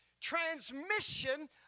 transmission